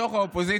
את התשובה הכתובה.